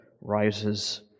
rises